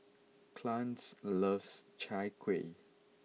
Clarnce loves Chai Kueh